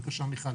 בקשה מיכל.